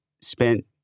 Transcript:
spent